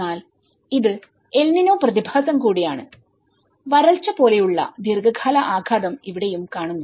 എന്നാൽ ഇത് എൽ നിനോപ്രതിഭാസം കൂടിയാണ്വരൾച്ച പോലെയുള്ള ദീർഘകാല ആഘാതം ഇവിടെയും കാണുന്നു